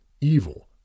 evil